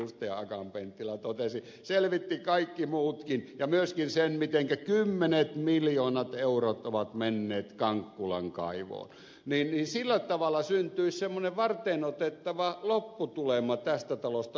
akaan penttilä totesi selvitti kaikki muutkin ja myöskin sen mitenkä kymmenet miljoonat eurot ovat menneet kankkulan kaivoon niin sillä tavalla syntyisi semmoinen varteenotettava lopputulema tästä talosta ulospäin